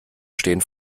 stehen